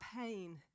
pain